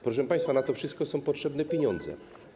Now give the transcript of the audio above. Proszę państwa, na to wszystko są potrzebne pieniądze.